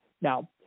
Now